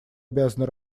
обязаны